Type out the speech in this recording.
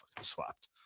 swapped